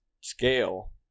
scale